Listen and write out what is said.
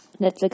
Netflix